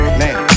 man